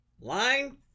Line